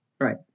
Right